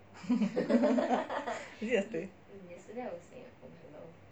is it yesterday